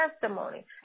testimony